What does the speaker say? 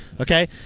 Okay